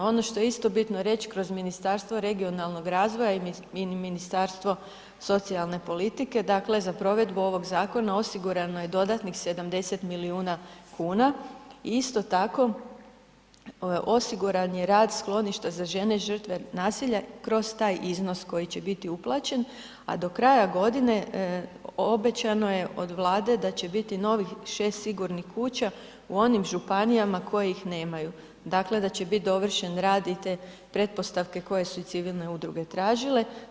Ono što je isto bitno reći kroz Ministarstvo regionalnog razvoja i Ministarstvo socijalne politike, dakle za provedbu ovog zakona osigurano je dodatnih 70 milijuna kuna, isto tako osiguran je rad skloništa za žene žrtve nasilja kroz taj iznos koji će biti uplaćen a do kraja godine obećano je od Vlade da će biti novih 6 sigurnih kuća u onim županijama koje ih nemaju, dakle da će biti dovršen rad i te pretpostavke koje su i civilne udruge tražile.